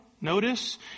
notice